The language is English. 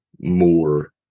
more